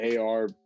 AR